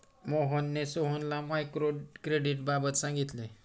मोहनने सोहनला मायक्रो क्रेडिटबाबत सांगितले